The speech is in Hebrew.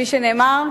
כפי שנאמר,